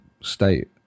state